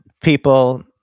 people